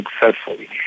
successfully